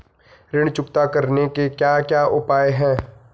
ऋण चुकता करने के क्या क्या उपाय हैं?